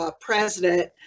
president